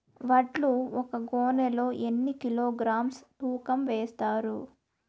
వడ్లు ఒక గోనె లో ఎన్ని కిలోగ్రామ్స్ తూకం వేస్తారు?